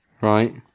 Right